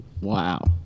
wow